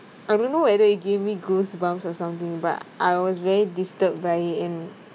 I don't know whether it give me goosebumps or something but I was very disturbed by it and